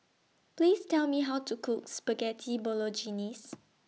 Please Tell Me How to Cook Spaghetti Bolognese